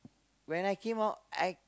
when I came out I